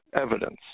evidence